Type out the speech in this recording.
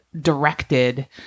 directed